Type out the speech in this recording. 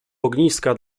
ogniska